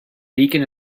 beacon